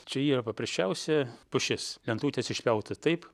čia yra paprasčiausia pušis lentutės išpjauta taip